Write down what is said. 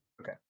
Okay